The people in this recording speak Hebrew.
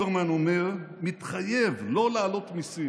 זה לא מכובד לשר.